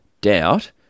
doubt